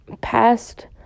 past